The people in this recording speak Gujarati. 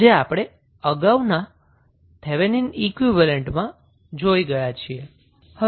જે આપણે અગાઉ થેવેનિન ઈક્વીવેલેન્ટ માં જોઈ ગયા છીએ